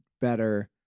better